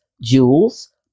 jewels